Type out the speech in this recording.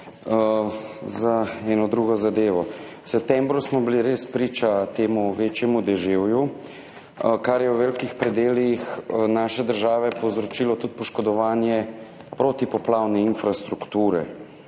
za eno drugo zadevo. V septembru smo bili res priča temu večjemu deževju, kar je povzročilo v več predelih naše države poškodovanje protipoplavne infrastrukture